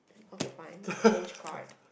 okay fine change card